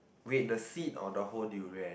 wait the seed or the whole durian